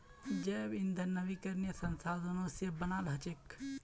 जैव ईंधन नवीकरणीय संसाधनों से बनाल हचेक